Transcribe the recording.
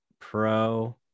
Pro